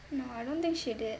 no I don't think she did